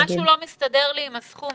משהו כאן לא מסתדר לי עם הסכום.